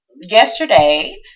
yesterday